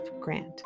grant